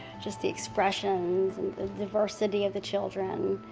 just the expressions and the diversity of the children,